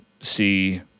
see